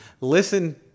Listen